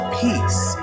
peace